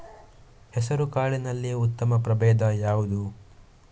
ಹೆಸರುಕಾಳಿನಲ್ಲಿ ಉತ್ತಮ ಪ್ರಭೇಧ ಯಾವುದು?